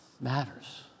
matters